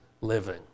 living